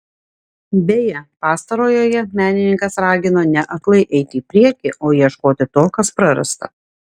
beje pastarojoje menininkas ragino ne aklai eiti į priekį o ieškoti to kas prarasta